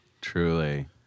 Truly